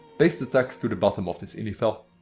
paste the text to the bottom of this ini file.